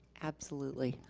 absolutely.